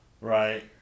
Right